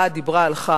באה, דיברה, הלכה.